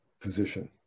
position